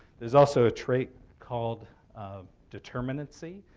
there's also a trait called um determinacy.